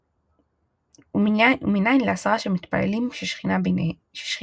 לאחר חורבן בית המקדש השני עלתה חשיבותו של בית הכנסת,